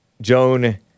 Joan